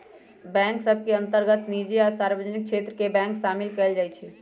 bank सभ के अंतर्गत निजी आ सार्वजनिक क्षेत्र के बैंक सामिल कयल जाइ छइ